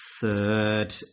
third